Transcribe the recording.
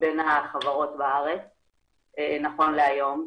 מבין החברות בארץ נכון להיום.